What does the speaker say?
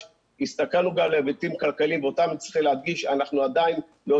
הסתכלנו גם על היבטים כלכליים ואותם צריך להדגיש.